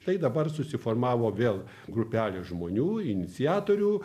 tai dabar susiformavo vėl grupelė žmonių iniciatorių